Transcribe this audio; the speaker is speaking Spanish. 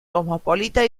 cosmopolita